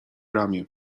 ramię